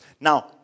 Now